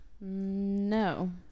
No